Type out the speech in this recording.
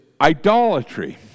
idolatry